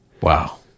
Wow